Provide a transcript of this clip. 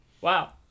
Wow